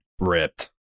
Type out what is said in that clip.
Ripped